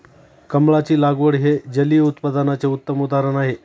कमळाची लागवड हे जलिय उत्पादनाचे उत्तम उदाहरण आहे